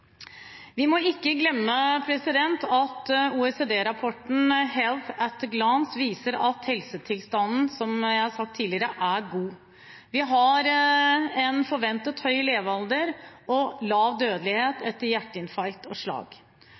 Vi må ikke glemme at OECD-rapporten «Health at a Glance: Europe 2016» viser at helsetilstanden er god, som jeg har sagt tidligere. Vi har en forventet høy levealder og lav dødelighet etter hjerteinfarkt og slag.